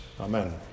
Amen